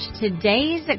Today's